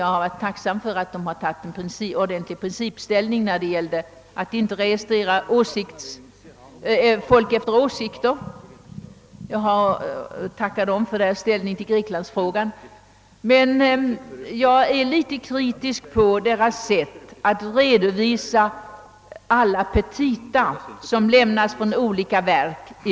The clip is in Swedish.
Jag är tacksam inte bara för att regeringen i princip tagit ställning när det gäller att inte registrera människor för deras åsikter, utan också för dess inställning i greklandsfrågan. Men jag är litet kritisk mot regeringens sätt att i vårt riksdagstryck redovisa de petita som lämnas från olika verk.